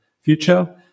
future